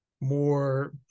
more